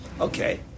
Okay